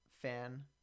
fan